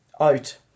out